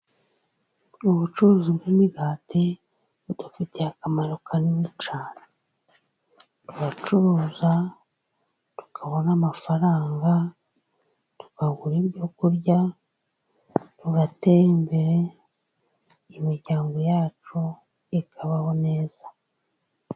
Ubucuruzi bw' imigati budufitiye akamaro kanini cyane, turacuruza tukabona amafaranga twagura ibyo kurya, tugatera imbere imiryango yacu ikabaho neza.